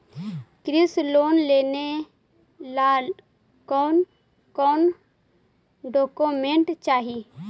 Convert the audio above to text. कृषि लोन लेने ला कोन कोन डोकोमेंट चाही?